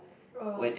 oh